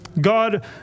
God